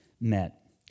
met